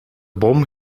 bom